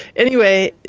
anyway,